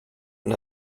und